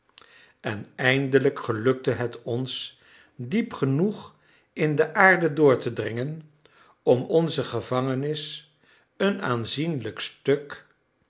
en eindelijk gelukte het ons diep genoeg in de aarde door te dringen om onze gevangenis een aanzienlijk stuk